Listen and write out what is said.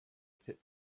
pit